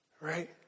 Right